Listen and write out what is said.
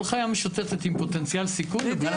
כל חיה משוטטת היא עם פוטנציאל סיכון לבריאות הציבור.